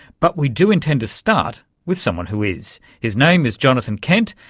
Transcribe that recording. but we do intend to start with someone who is. his name is jonathan kent,